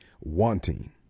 wanting